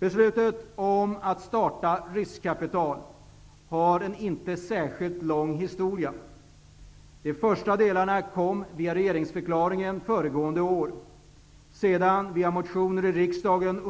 Beslutet att starta riskkapitalbolag har inte någon särskilt lång historia, De första delarna kom via regeringsförklaringen föregående år. Sedan kom ytterligare delar via motioner i riksdagen